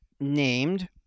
named